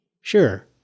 Sure